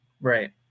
Right